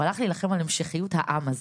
הוא הלך להילחם על המשכיות העם הזה,